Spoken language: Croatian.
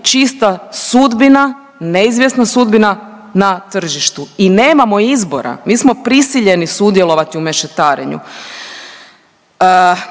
čista sudbina, neizvjesna sudbina na tržištu. I nemamo izbora, mi smo prisiljeni sudjelovati u mešetarenju.